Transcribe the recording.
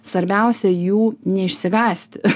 svarbiausia jų neišsigąsti